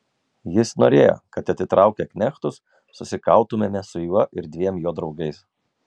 jis norėjo kad atitraukę knechtus susikautumėme su juo ir dviem jo draugais